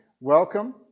welcome